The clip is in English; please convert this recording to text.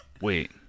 wait